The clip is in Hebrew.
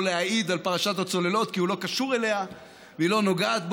להעיד על פרשת הצוללות כי הוא לא קשור אליה והיא לא נוגעת בו,